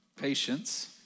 patience